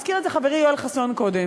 והזכיר את זה חברי יואל חסון קודם,